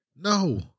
No